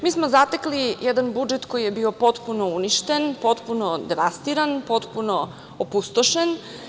Mi smo zatekli jedan budžet koji je bio potpuno uništen, potpuno devastiran, potpuno opustošen.